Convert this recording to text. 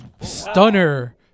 stunner